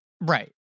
Right